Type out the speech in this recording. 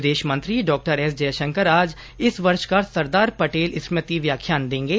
विदेश मंत्री doctor S Jaishankar आज इस वर्ष का सरदार पटेल स्मृति व्याख्यान देंगे